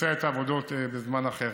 לבצע את העבודות בזמן אחר.